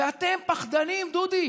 ואתם פחדנים, דודי.